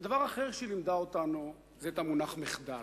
דבר אחר שהיא לימדה אותנו זה המונח "מחדל",